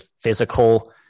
physical –